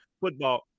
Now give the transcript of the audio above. football